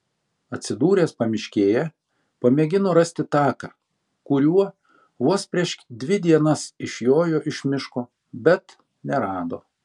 atsidūręs pamiškėje pamėgino rasti taką kuriuo vos prieš dvi dienas išjojo iš miško bet nerado